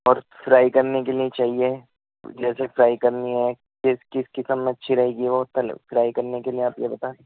اور فرائی کرنے کے لیے چاہیے جیسے فرائی کرنی ہے کِس کِس قسم مچھلی رہے گی وہ فرائی کرنے کے لیے آپ یہ بتا